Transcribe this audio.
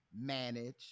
manage